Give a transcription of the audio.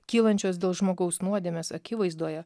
kylančios dėl žmogaus nuodėmės akivaizdoje